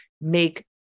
make